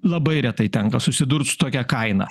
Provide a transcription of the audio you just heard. labai retai tenka susidurt su tokia kaina